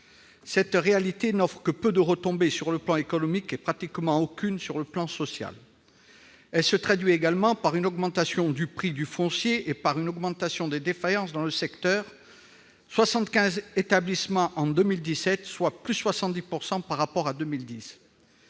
Cette réalité n'occasionne que peu de retombées sur le plan économique, et pratiquement aucune sur le plan social. Elle se traduit également par une hausse du prix du foncier et par une augmentation des défaillances dans le secteur : 75 établissements en 2017, soit une hausse de 70 % par rapport à 2010.